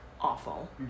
awful